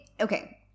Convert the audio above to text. okay